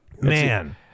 man